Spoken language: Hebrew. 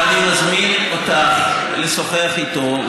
ואני מזמין אותך לשוחח איתו.